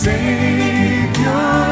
Savior